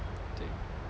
对